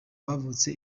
bavutse